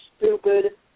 stupid